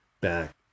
back